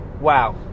Wow